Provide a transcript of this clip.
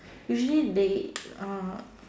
usually they uh